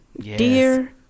Dear